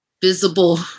visible